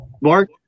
Mark